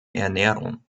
ernährung